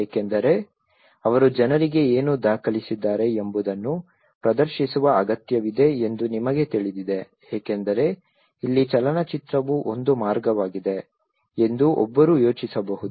ಏಕೆಂದರೆ ಅವರು ಜನರಿಗೆ ಏನು ದಾಖಲಿಸಿದ್ದಾರೆ ಎಂಬುದನ್ನು ಪ್ರದರ್ಶಿಸುವ ಅಗತ್ಯವಿದೆ ಎಂದು ನಿಮಗೆ ತಿಳಿದಿದೆ ಏಕೆಂದರೆ ಇಲ್ಲಿ ಚಲನಚಿತ್ರವು ಒಂದು ಮಾರ್ಗವಾಗಿದೆ ಎಂದು ಒಬ್ಬರು ಯೋಚಿಸಬಹುದು